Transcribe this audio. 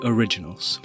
Originals